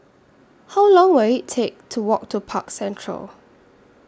How Long Will IT Take to Walk to Park Central